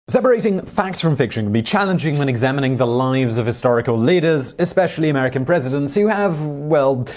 separating fact from fiction can be challenging when examining the lives of historical leaders especially american presidents, who have, well,